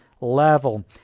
level